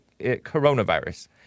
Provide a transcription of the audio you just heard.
coronavirus